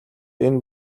энэ